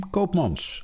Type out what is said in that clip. Koopmans